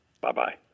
Bye-bye